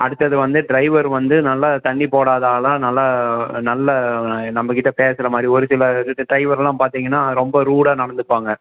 அடுத்தது வந்து டிரைவர் வந்து நல்ல தண்ணி போடாத ஆளாக நல்லா நல்ல நம்ம கிட்ட பேசுகிற மாதிரி ஒரு சில டிரைவர் எல்லாம் பார்த்தீங்கன்னா ரொம்ப ரூடாக நடந்துப்பாங்க